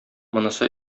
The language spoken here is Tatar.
монысы